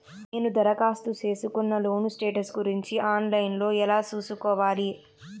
నేను దరఖాస్తు సేసుకున్న లోను స్టేటస్ గురించి ఆన్ లైను లో ఎలా సూసుకోవాలి?